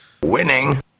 Winning